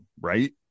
right